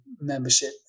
membership